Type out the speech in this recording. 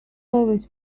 always